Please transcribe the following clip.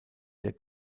der